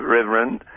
Reverend